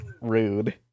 Rude